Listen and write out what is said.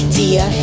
dear